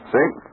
See